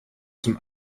zum